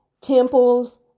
Temples